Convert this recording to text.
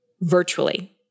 virtually